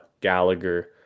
Gallagher